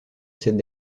cette